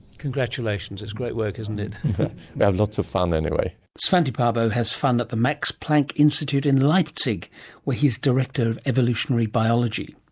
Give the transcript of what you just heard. congratulations, it's great work, isn't it. we have lots of fun anyway. svante paabo has fun at the max planck institute in leipzig where he is director of evolutionary biology